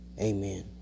Amen